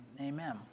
amen